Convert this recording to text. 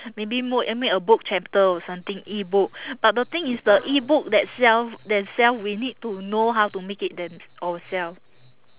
maybe make a book chapter or something E-book but the thing is uh E-book that self that self we need to know how to make it then ourself